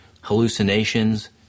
hallucinations